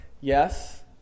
Yes